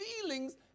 feelings